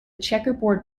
checkerboard